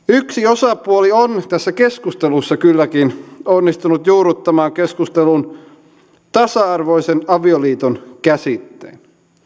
yksi osapuoli on tässä keskustelussa kylläkin onnistunut juurruttamaan keskusteluun tasa arvoisen avioliiton käsitteen